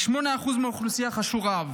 ו-8% מהאוכלוסייה חשו רעב.